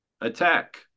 attack